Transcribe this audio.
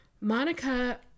Monica